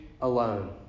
alone